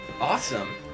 Awesome